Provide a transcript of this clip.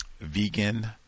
vegan